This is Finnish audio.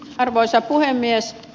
arvoisa puhemies